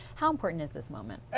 how important is this moment?